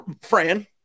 Fran